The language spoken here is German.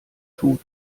tut